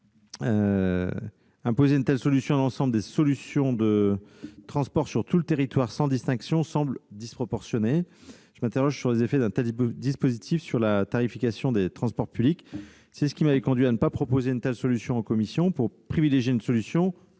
imposer une telle solution pour l'ensemble des modes de transport sur tout le territoire, sans distinction, semble disproportionné. Je m'interroge sur les effets de la mise en oeuvre d'un tel dispositif sur la tarification des transports publics. Cela m'avait conduit à ne pas proposer un tel dispositif en commission et à privilégier une solution